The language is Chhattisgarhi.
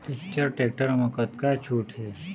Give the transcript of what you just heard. इच्चर टेक्टर म कतका छूट हे?